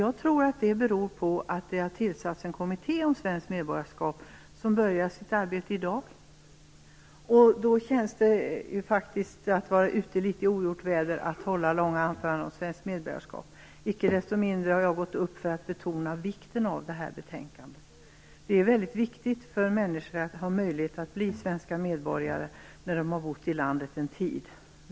Jag tror att det beror på att det har tillsatts en kommitté om svenskt medborgarskap, som börjar sitt arbete i dag. Då känns det faktiskt som att vare ute i litet ogjort väder att hålla långa anföranden om svenskt medborgarskap. Icke desto mindre har jag gått upp i debatten för att betona vikten av betänkandet. Det är väldigt viktigt för människor att ha möjlighet att bli svenska medborgare när de har bott i landet under en tid.